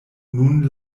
nun